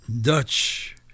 Dutch